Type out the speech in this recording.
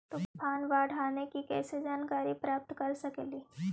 तूफान, बाढ़ आने की कैसे जानकारी प्राप्त कर सकेली?